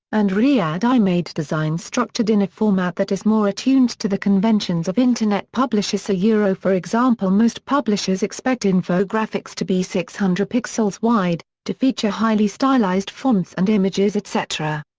and readymade designs structured in a format that is more attuned to the conventions of internet publishers yeah for example most publishers expect infographics to be six hundred pixels wide, to feature highly stylized fonts and images etc.